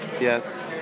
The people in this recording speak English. Yes